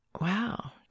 Wow